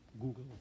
Google